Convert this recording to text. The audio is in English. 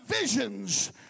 visions